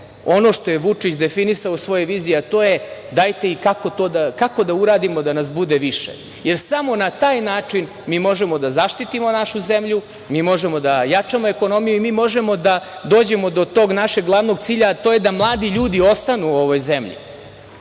ono što je Vučić definisao u svojoj viziji, a to je kako da uradimo da nas bude više. Samo na taj način mi možemo da zaštitimo našu zemlju, mi možemo da jačamo ekonomiju i mi možemo da dođemo do tog našeg glavnog cilja, a to je da mladi ljudi ostanu u ovoj zemlji. Mi